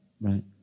Right